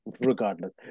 regardless